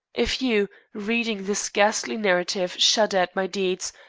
if you, reading this ghastly narrative, shudder at my deeds,